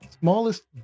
Smallest